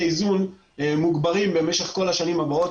איזון מוגברים במשך כל השנים הבאות.